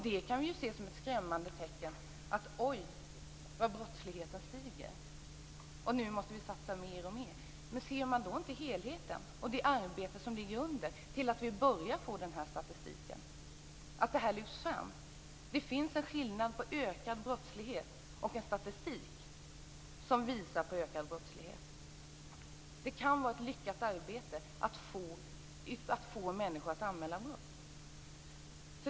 Vi kan se det som ett skrämmande tecken när brottsligheten stiger och tycka att nu måste vi satsa ännu mer. Då ser man inte helheten och det arbete som gjorts för att lyfta fram detta. Det är det arbetet som gjort att vi fått den här statistiken. Det finns en skillnad mellan verklig ökad brottslighet och en statistik som visar på ökad brottslighet. Det kan vara ett lyckat arbete att få människor att anmäla brott som ligger bakom ett ökat antal brott i statistiken.